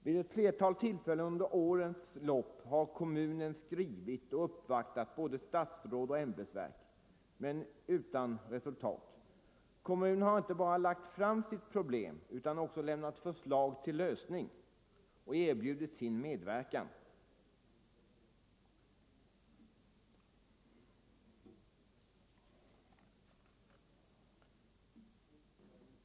Vid ett flertal tillfällen under årens lopp har kommunen skrivit till och uppvaktat både statsråd och ämbetsverk — men utan resultat. Kommunen har inte bara lagt fram sitt problem utan också lämnat förslag till lösning och erbjudit sin medverkan.